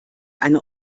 einer